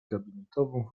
gabinetową